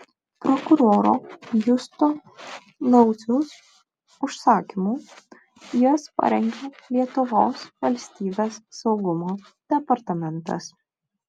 prokuroro justo lauciaus užsakymu jas parengė lietuvos valstybės saugumo departamentas